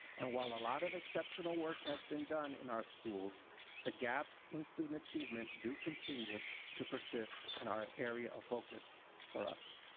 and while a lot of exceptional work has been done in our schools the gaps in student achievement do continue to persist in our area of focus for us.